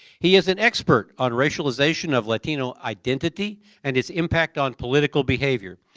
he is an expert on racialization of latino identity and its impact on political behavior.